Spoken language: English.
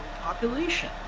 population